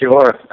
Sure